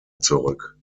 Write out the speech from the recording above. zurück